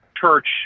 church